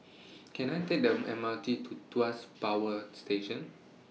Can I Take The M R T to Tuas Power Station